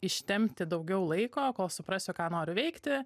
ištempti daugiau laiko kol suprasiu ką noriu veikti